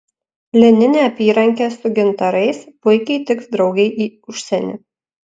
lininė apyrankė su gintarais puikiai tiks draugei į užsienį